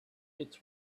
its